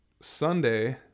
Sunday